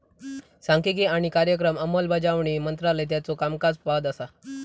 सांख्यिकी आणि कार्यक्रम अंमलबजावणी मंत्रालय त्याचो कामकाज पाहत असा